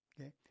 Okay